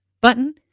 button